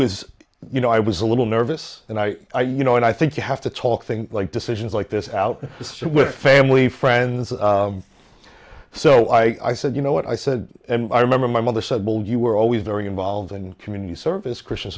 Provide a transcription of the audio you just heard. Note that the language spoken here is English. was you know i was a little nervous and i i you know and i think you have to talk thing like decisions like this out with family friends so i said you know what i said i remember my mother said well you were always very involved in community service christian